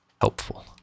helpful